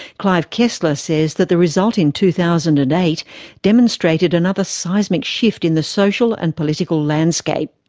clive kessler says that the result in two thousand and eight demonstrated another seismic shift in the social and political landscape.